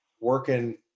working